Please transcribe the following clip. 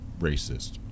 racist